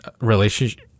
relationship